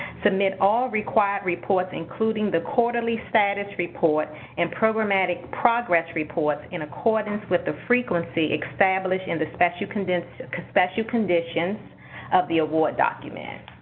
submit all required reports including the quarterly status report and programmatic progress reports in accordance with the frequency established in the special conditions special conditions of the award document.